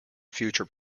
future